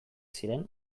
ziren